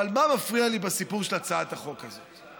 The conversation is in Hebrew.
אבל מה מפריע לי בסיפור של הצעת החוק הזאת?